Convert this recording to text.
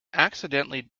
accidentally